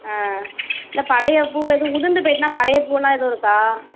ஆ இல்லை பழைய பூ எதுவும் உதிர்ந்து போய்விட்டுன்னா பழைய பூவெல்லாம் எதுவும் இருக்கா